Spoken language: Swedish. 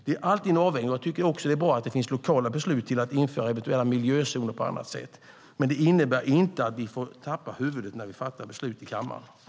Det är alltid en avvägning, och jag tycker att det är bra att det finns lokala beslut om att införa eventuella miljözoner på annat sätt. Det innebär dock inte att vi får tappa huvudet när vi fattar beslut i kammaren.